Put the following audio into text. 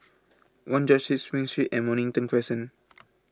one George Street Spring Street and Mornington Crescent